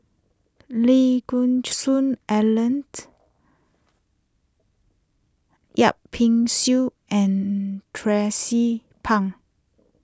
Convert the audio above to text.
Lee Geck Hoon Ellen Yip Pin Xiu and Tracie Pang